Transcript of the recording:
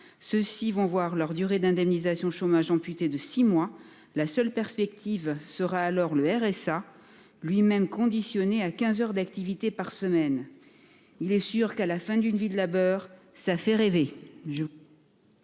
Ceux-ci vont voir leur durée d'indemnisation chômage amputé de six mois la seule perspective sera alors le RSA lui-même conditionné à 15h d'activité par semaine. Il est sûr qu'à la fin d'une vie de labeur. Ça fait rêver,